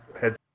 head